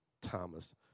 Thomas